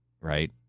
right